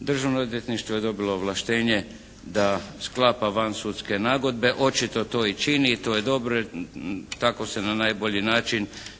Državno odvjetništvo je dobilo ovlaštenje da sklapa van sudske nagodbe, očito to i čini i to je dobro, jer kako se na najbolji način